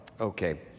okay